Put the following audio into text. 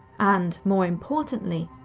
and, more importantly,